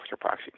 proxy